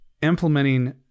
implementing